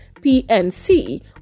PNC